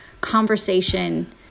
conversation